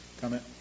comment